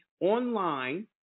online